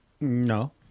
No